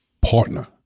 partner